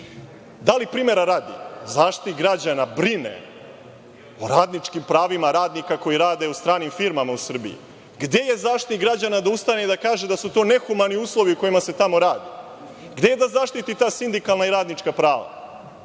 li, primera radi, Zaštitnik građana brine i radničkim pravima radnika koji rade u stranim firmama u Srbiji? Gde je Zaštitnik građana da ustane i da kaže da su to nehumani uslovi u kojima se tamo radi? Gde je da zaštiti ta sindikalna i radnička prava?